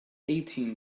eighteen